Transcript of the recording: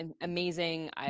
amazing